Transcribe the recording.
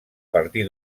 partir